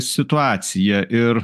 situaciją ir